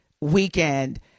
weekend